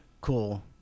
cool